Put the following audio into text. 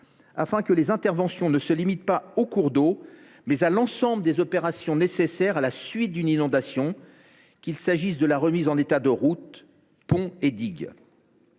afin que les interventions ne se limitent pas aux cours d’eau : nous devons englober l’ensemble des opérations nécessaires à la suite d’une inondation, qu’il s’agisse de la remise en état de routes, de ponts ou de